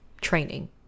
training